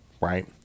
right